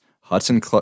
Hudson